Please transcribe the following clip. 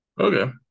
Okay